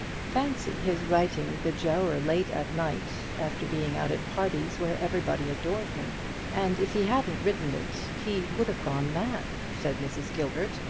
fancy his writing the giaour late at night, after being out at parties where everybody adored him and if he hadn't written it, he would have gone mad, said mrs. gilbert,